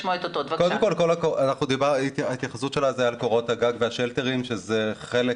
קודם כל ההתייחסות שלה היא על קורות הגג והשלטרים שזה חלק